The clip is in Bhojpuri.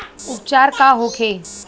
उपचार का होखे?